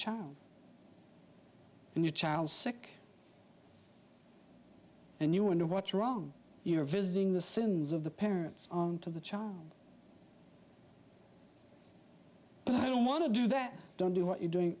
child and your child sick and you wonder what's wrong you're visiting the sins of the parents on to the child but i don't want to do that don't do what you're doing